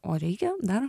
o reikia dar